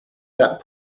that